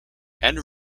and